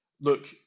look